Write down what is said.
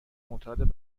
معتاد